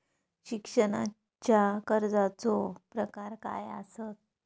शिक्षणाच्या कर्जाचो प्रकार काय आसत?